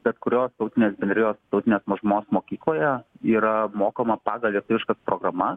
bet kurios tautinės bendrijos tautinės mažumos mokykloje yra mokoma pagal lietuviškas programas